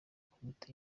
komite